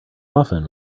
often